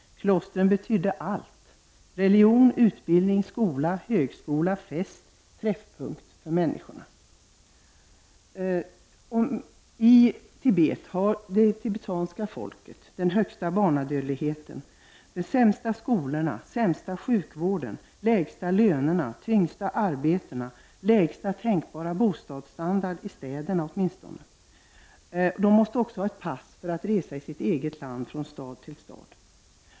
Klostren betydde allt -- religion, utbildning, skola, högskola, fest och träffpunkt för människorna. I Tibet har det tibetanska folket den högsta barnadödligheten, de sämsta skolorna, den sämsta sjukvården, de lägsta lönerna, de tyngsta arbetena och lägsta tänkbara bostadsstandard, åtminstone i städerna. De måste ha ett pass för att resa i sitt eget land från stad till stad.